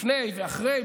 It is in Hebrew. לפני ואחרי,